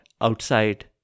outside